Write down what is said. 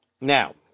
Now